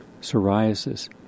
psoriasis